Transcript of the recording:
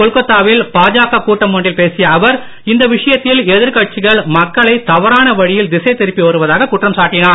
கொல்கத்தாவில் பாஜக கூட்டம் ஒன்றில் பேசிய அவர் இந்த விஷயத்தில் எதிர்கட்சிகள் மக்களை தவறான வழியில் திசை திருப்பி வருவதாக குற்றம் சாட்டினார்